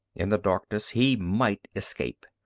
in the darkness he might escape.